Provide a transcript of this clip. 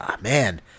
man